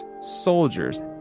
soldiers